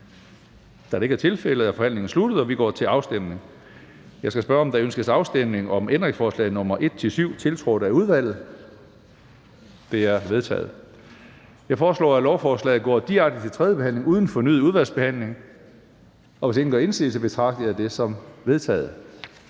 Da det ikke er tilfældet, er forhandlingen sluttet, og vi går til afstemning. Kl. 13:07 Afstemning Tredje næstformand (Karsten Hønge): Jeg skal spørge, om der ønskes afstemning om ændringsforslag nr. 17, tiltrådt af udvalget? Det er vedtaget. Jeg foreslår at lovforslaget går direkte til tredje behandling uden fornyet udvalgsbehandling. Hvis ingen gør indsigelse, betragter jeg det som vedtaget.